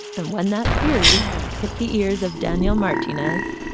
and when that theory hit the ears of daniel martinez,